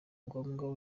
ngombwa